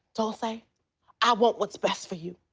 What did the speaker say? dulce. i i want what's best for you,